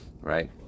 right